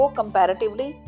comparatively